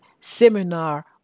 seminar